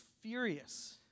furious